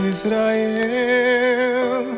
Israel